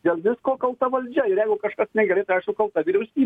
dėl visko kalta valdžia ir jeigu kažkas negerai tai aišku kalta vyriausybė